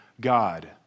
God